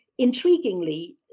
intriguingly